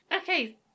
Okay